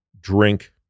drink